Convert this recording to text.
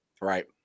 Right